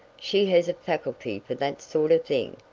she has a faculty for that sort of thing.